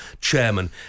chairman